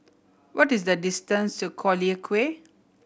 what is the distance to Collyer Quay